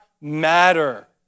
matter